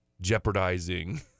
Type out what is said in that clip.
jeopardizing